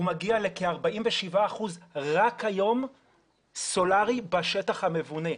הוא מגיע לכ-47 אחוזים רק היום סולרי בשטח המבונה.